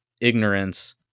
ignorance